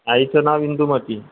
आईचं नाव इंदूमती